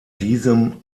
diesem